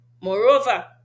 Moreover